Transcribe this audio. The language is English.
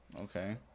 Okay